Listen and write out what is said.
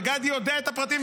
וגדי יודע את הפרטים,